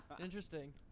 Interesting